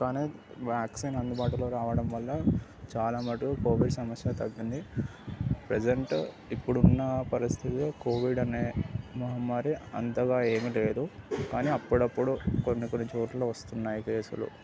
కాని వ్యాక్సిన్ అందుబాటులోకి రావడం వల్ల చాలా మట్టుకు కోవిడ్ సమస్య తగ్గింది ప్రజెంట్ ఇప్పుడు ఉన్న పరిస్థితి కోవిడ్ అనే మహమ్మారి అంతగా ఏమిలేదు కాని అప్పుడప్పుడు కొన్ని కొన్ని చోట్ల వస్తున్నాయి కేసులు